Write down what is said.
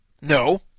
No